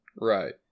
Right